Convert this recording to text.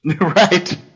Right